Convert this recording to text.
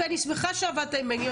אני שמחה שעבדת עם בן גביר,